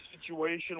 situation